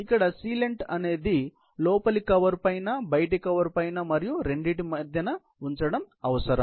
ఇక్కడ సీలేంట్ అనేది లోపలి కవర్ పైన బయటికవర్ పైన మరియు రెండింటి మధ్య న ఉంచడం అవసరము